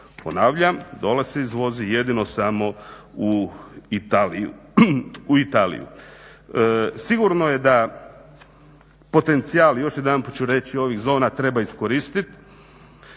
Ponavljam, dole se izvozi jedino samo u Italiju. Sigurno je da potencijal, još jedanput ću reći, ovih zona treba iskoristiti.